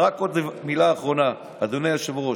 רק עוד מילה אחרונה, אדוני היושב-ראש,